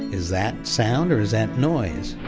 is that sound or is that noise?